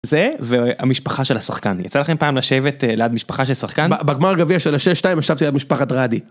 זה והמשפחה של השחקן, יצא לכם פעם לשבת ליד משפחה של שחקן? בגמר גביע של השש-שתיים ישבתי ליד משפחת רדי.